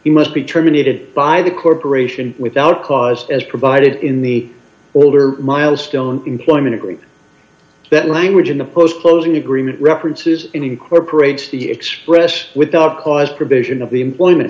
he must be terminated by the corporation without cause as provided in the older milestone employment agreement that language in the post closing agreement references incorporates the express without cause provision of the employment